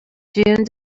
june